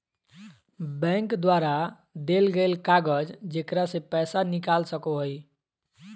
bank द्वारा देल गेल कागज जेकरा से पैसा निकाल सको हइ